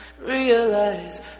Realize